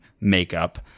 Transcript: makeup